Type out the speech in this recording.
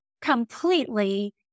completely